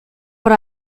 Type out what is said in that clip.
what